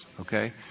okay